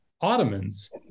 Ottomans